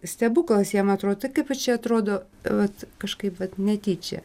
stebuklas jam atrod kaipa čia atrodo vat kažkaip vat netyčia